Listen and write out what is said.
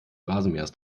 rasenmähers